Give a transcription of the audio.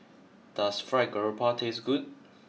does Fried Garoupa taste good